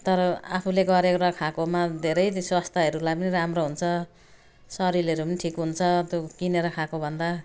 तर आफूले गरेर खाएकोमा धेरै स्वास्थ्यहरूलाई पनि राम्रो हुन्छ शरीरहरू पनि ठिक हुन्छ त्यो किनेर खाएको भन्दा